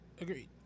Agreed